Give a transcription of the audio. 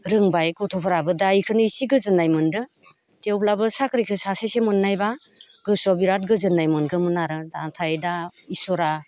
रोंबाय गथ'फोराबो दा बेखौनो इसे गोजोननाय मोन्दों थेवब्लाबो साख्रिखौ सासेसो मोननायब्ला गोसोआव बिरात गोजोननाय मोनगौमोन आरो नाथाय दा इसोरा